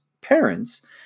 parents